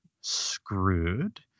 screwed